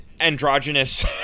androgynous